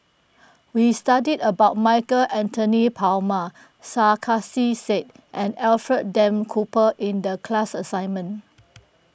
we studied about Michael Anthony Palmer Sarkasi Said and Alfred Duff Cooper in the class assignment